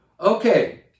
Okay